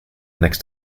next